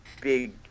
big